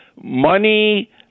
Money